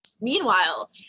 Meanwhile